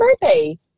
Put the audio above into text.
birthday